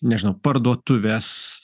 nežinau parduotuvės